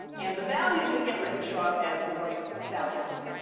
and the values that get written show up as the write values.